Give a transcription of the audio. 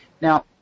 Now